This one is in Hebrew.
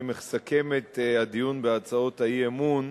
אני מסכם את הדיון בהצעות האי-אמון,